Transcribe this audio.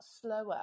slower